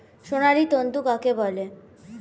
সোনালী তন্তু কাকে বলে?